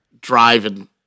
driving